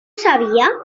sabia